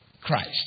Christ